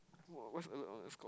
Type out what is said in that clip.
!wah! what's on the score